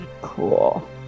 Cool